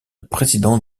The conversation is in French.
président